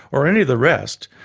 or any of the rest,